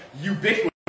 ubiquitous